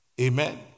Amen